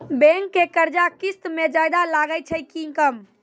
Bank के कर्जा किस्त मे ज्यादा लागै छै कि कम?